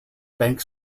bank